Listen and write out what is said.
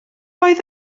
oedd